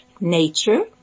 nature